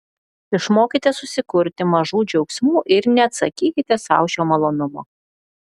išmokite susikurti mažų džiaugsmų ir neatsakykite sau šio malonumo